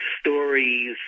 stories